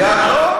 לא.